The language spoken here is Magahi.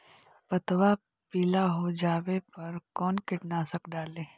पतबा पिला हो जाबे पर कौन कीटनाशक डाली?